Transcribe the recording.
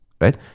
right